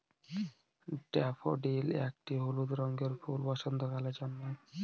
daffodil একটি হলুদ রঙের ফুল বসন্তকালে জন্মায়